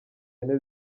yine